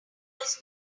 was